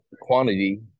quantity